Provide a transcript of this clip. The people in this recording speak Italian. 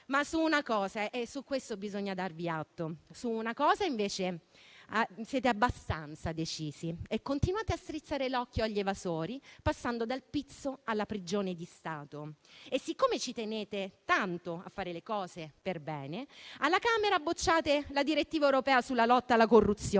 Su una cosa - e di questo bisogna darvi atto - invece siete abbastanza decisi e continuate a strizzare l'occhio agli evasori, passando dal pizzo alla prigione di Stato. Siccome ci tenete tanto a fare le cose perbene, alla Camera bocciate la direttiva europea sulla lotta alla corruzione,